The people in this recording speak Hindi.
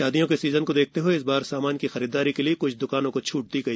शादियों के सीजन को देखते हए इस बार सामान की खरीदारी के लिए क्छ द्कानों को छूट दी गई